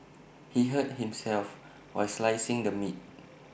he hurt himself while slicing the meat